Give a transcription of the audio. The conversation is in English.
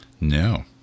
No